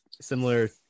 similar